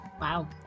Wow